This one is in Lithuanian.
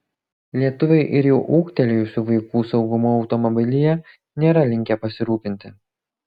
lietuviai ir jau ūgtelėjusių vaikų saugumu automobilyje nėra linkę pasirūpinti